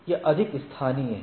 यह अधिक स्थानीय है